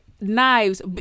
Knives